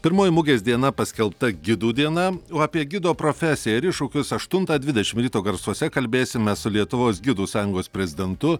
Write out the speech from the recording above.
pirmoji mugės diena paskelbta gidų diena o apie gido profesiją ir iššūkius aštuntą dvidešim ryto garsuose kalbėsime su lietuvos gidų sąjungos prezidentu